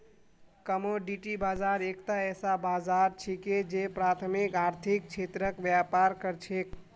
commodity बाजार एकता ऐसा बाजार छिके जे प्राथमिक आर्थिक क्षेत्रत व्यापार कर छेक